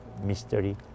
mystery